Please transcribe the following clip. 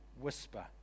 whisper